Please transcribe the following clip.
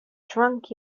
drunk